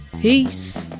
Peace